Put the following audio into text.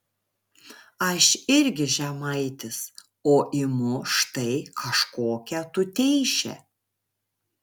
aš irgi žemaitis o imu štai kažkokią tuteišę